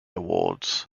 awards